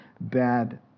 bad